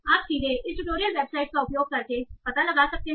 आप सीधे इस ट्यूटोरियल वेबसाइट का उपयोग करके पता लगा सकते हैं